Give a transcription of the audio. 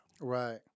Right